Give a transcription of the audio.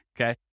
okay